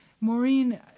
Maureen